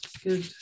good